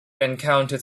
encountered